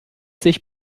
sich